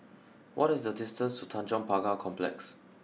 what is the distance to Tanjong Pagar Complex